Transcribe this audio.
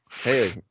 Hey